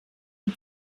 die